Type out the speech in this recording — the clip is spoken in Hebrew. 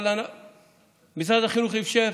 אבל משרד החינוך אפשר.